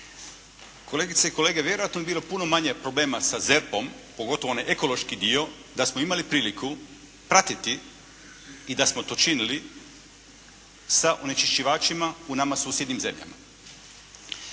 Kolegice i kolege, vjerojatno bi bilo puno manje problema sa ZERP-om, pogotovo onaj ekološki dio da smo imali priliku pratiti i da smo to činili sa onečišćivačima u nama susjednim zemljama.